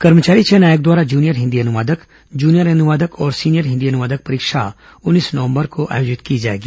कर्मचारी चयन आयोग द्वारा जूनियर हिन्दी अनुवादक जूनियर अनुवादक और सीनियर हिन्दी अनुवादक परीक्षा उन्नीस नवंबर को आयोजित की जाएगी